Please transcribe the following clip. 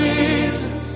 Jesus